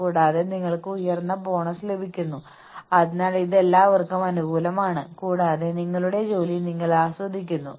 staff വർക്കർമാർ പ്രത്യേകിച്ചും നിങ്ങൾക്ക് ചുറ്റും എല്ലാ ഓട്ടവും നടത്തുന്ന ആളുകളാണ് നിങ്ങളുടെ ഓഫീസുകളിൽ പരിചാരകരുണ്ട്